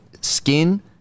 skin